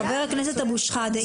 חבר הכנסת אבו שחאדה,